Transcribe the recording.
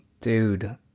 dude